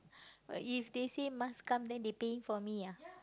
but if they say must come them they paying for me ah